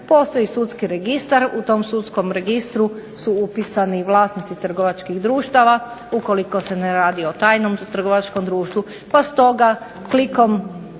Postoji sudski registar. U tom sudskom registru su upisani vlasnici trgovačkih društava ukoliko se ne radi o tajnom trgovačkom društvu, pa stoga klikom